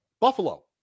Buffalo